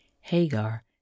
Hagar